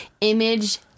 image